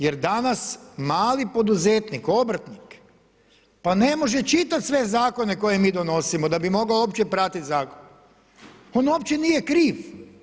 Jer danas mali poduzetnik, obrtnik, pa ne može čitati sve zakone koje mi donosimo da bi mogao uopće pratiti zakon, on uopće nije kriv.